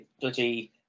Bloody